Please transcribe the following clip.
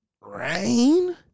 rain